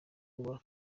kuba